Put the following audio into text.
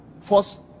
First